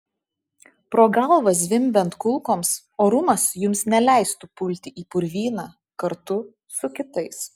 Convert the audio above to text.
pro galvą zvimbiant kulkoms orumas jums neleistų pulti į purvyną kartu su kitais